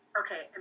okay